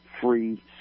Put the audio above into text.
free